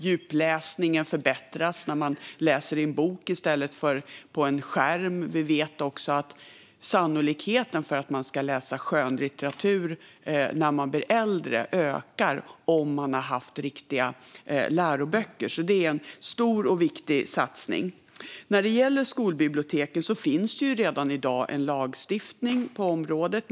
Djupläsningen förbättras när man läser i en bok i stället för på en skärm. Vi vet också att sannolikheten att man läser skönlitteratur när man blir äldre ökar om man har haft riktiga läroböcker. Det är alltså en stor och viktig satsning. När det gäller skolbiblioteken finns det redan i dag lagstiftning på området.